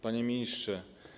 Panie Ministrze!